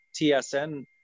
TSN